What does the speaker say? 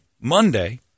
Monday